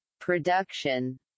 production